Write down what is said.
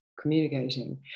communicating